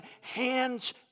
hands